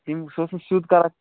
تٔمۍ سُہ اوس نہٕ سیٚود کتھ